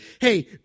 hey